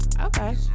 Okay